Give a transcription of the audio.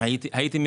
בפער של